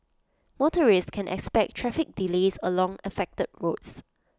motorists can expect traffic delays along affected roads